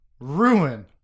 Ruin